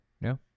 No